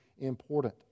important